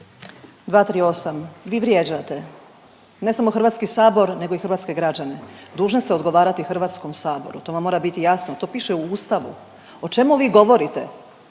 238., vi vrijeđate ne samo Hrvatski sabor nego i hrvatske građane. Dužna ste odgovarati Hrvatskom saboru to vam mora biti jasno, to piše u Ustavu. O čemu vi govorite?